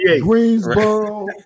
Greensboro